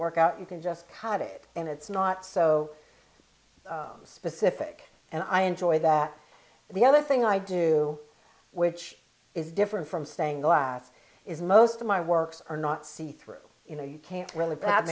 work out you can just cut it in it's not so specific and i enjoy that the other thing i do which is different from saying glass is most of my works are not see through you know you can't really bad